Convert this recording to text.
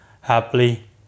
happily